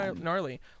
gnarly